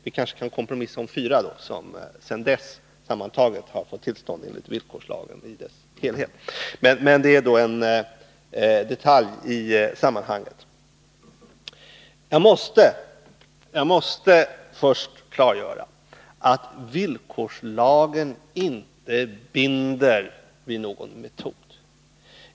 Vi kanske då kan kompromissa om att det är fyra kärnkraftverk som har fått tillstånd enligt villkorslagen. Men det är en detalj i sammanhanget. Jag måste först klargöra att villkorslagen inte binder oss vid något alternativ.